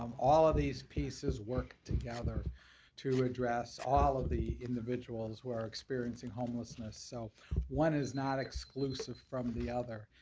um all of these pieces work together to address all of the individuals who are experiencing homelessness, so one is not exclusive from the other.